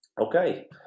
Okay